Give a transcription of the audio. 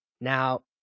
Now